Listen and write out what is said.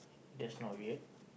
that's not weird